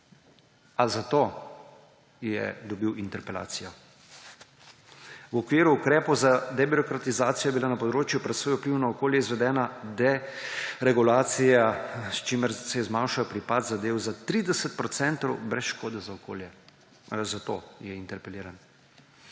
A zato je dobil interpelacijo? V okviru ukrepov za debirokratizacijo je bila na področju presoje vplivov na okolje izvedena deregulacija, s čimer se je zmanjšal pripad zadev za 30 procentov, brez škode za okolje. Ali je zato interpeliran?